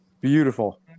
beautiful